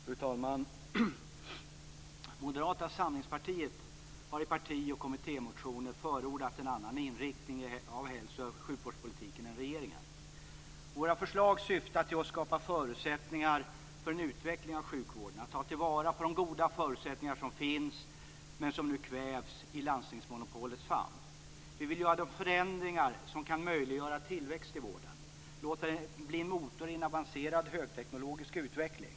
Fru talman! Moderata samlingspartiet har i partioch kommittémotioner förordat en annan inriktning av hälso och sjukvårdspolitiken än regeringen. Våra förslag syftar till att skapa förutsättningar för en utveckling av sjukvården och till att ta till vara de goda förutsättningar som finns, men som nu kvävs i landstingsmonopolets famn. Vi vill göra de förändringar som kan möjliggöra tillväxt i vården och låta den bli motor i en avancerad högteknologisk utveckling.